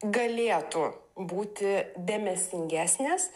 galėtų būti dėmesingesnės